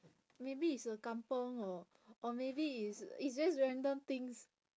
maybe it's a kampung or or maybe it's it's just random things